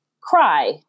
cry